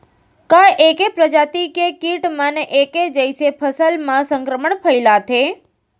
का ऐके प्रजाति के किट मन ऐके जइसे फसल म संक्रमण फइलाथें?